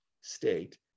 state